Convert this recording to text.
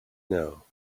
know